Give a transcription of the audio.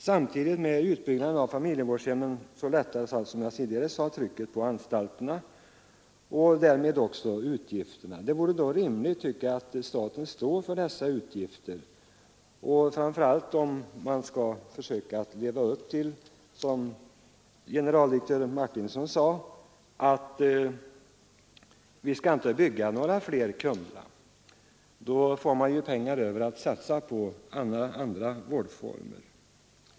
Samtidigt med utbyggnaden av familjevårdshemmen lättas, som jag tidigare sade, trycket på anstalterna och därmed minskas också utgifterna. Det vore då rimligt att staten står för dessa utgifter, framför allt om man skall försöka leva upp till generaldirektör Martinssons uttalande att vi inte skall bygga några fler Kumlaanstalter. Då får man ju pengar över att satsa på andra vårdformer.